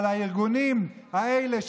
אבל הארגונים האלה,